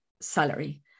salary